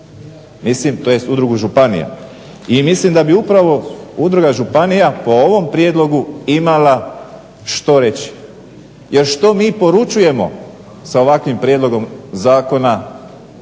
mislim, tj. udrugu županija, i mislim da bi upravo udruga županija po ovom prijedlogu imala što reći, jer što mi poručujemo sa ovakvim prijedlogom zakona